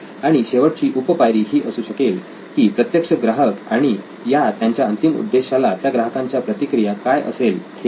आणि शेवटची उपपायरी ही अशी असू शकेल की प्रत्यक्ष ग्राहक आणि या त्यांच्या अंतिम उद्देशाला त्या ग्राहकांची प्रतिक्रिया काय असेल हे बघणे